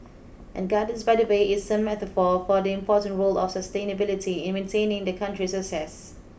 and gardens by the bay is a metaphor for the important role of sustainability in maintaining the country's success